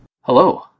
Hello